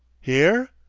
here?